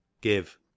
give